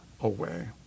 away